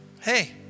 Hey